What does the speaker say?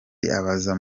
abaza